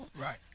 Right